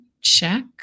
check